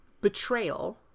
betrayal